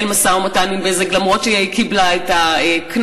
משא-ומתן עם "בזק" אף שהיא קיבלה את הקנס.